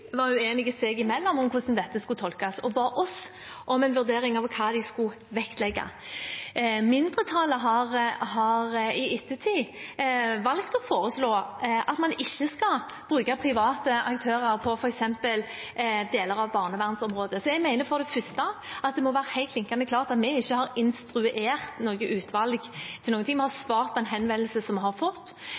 seg imellom om hvordan dette skulle tolkes, og ba oss om en vurdering av hva de skulle vektlegge. Mindretallet har i ettertid valgt å foreslå at man ikke skal bruke private aktører på f.eks. deler av barnevernsområdet, så jeg mener for det første at det må være helt klinkende klart at vi ikke har instruert noe utvalg til noe. Vi har svart på en henvendelse vi har fått.